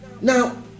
Now